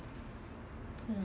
insecure mah